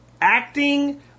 acting